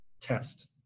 test